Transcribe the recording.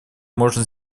можно